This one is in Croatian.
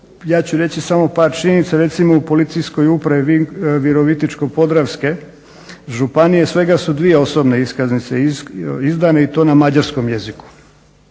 ja ću reći samo par činjenica. Recimo u Policijskoj upravi Virovitičko-podravske županije svega su dvije osobne iskaznice izdane i to na mađarskom jeziku.